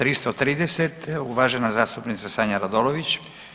330 uvažena zastupnica Sanja Radolović.